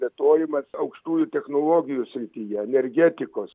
plėtojimas aukštųjų technologijų srityje energetikos